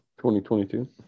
2022